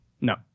No